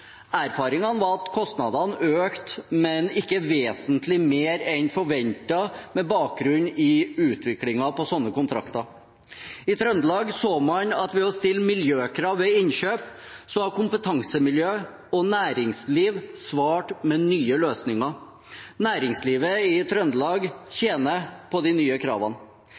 var at kostnadene økte, men ikke vesentlig mer enn forventet med bakgrunn i utviklingen på slike kontrakter. I Trøndelag så man at ved å stille miljøkrav ved innkjøp har kompetansemiljø og næringsliv svart med nye løsninger. Næringslivet i Trøndelag tjener på de nye kravene.